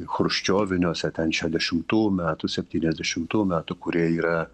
chruščioviniuose ten šiadešimtų metų septyniasdešimtų metų kurie yra